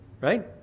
right